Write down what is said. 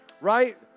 Right